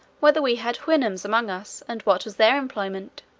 whether we had houyhnhnms among us, and what was their employment?